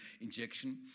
injection